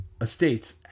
estates